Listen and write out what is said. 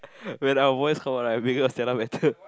when our voice come out right Megan or Stella better